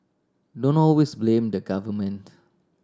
don't always blame the government